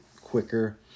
quicker